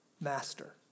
master